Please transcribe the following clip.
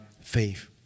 faith